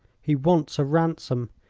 he wants a ransom.